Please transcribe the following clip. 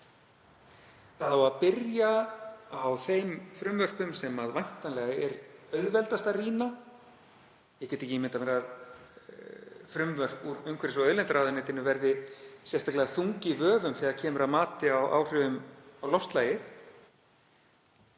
Það á að byrja á þeim frumvörpum sem væntanlega er auðveldast að rýna. Ég get ekki ímyndað mér að frumvörp úr umhverfis- og auðlindaráðuneytinu verði sérstaklega þung í vöfum þegar kemur að mati á áhrifum á loftslagið.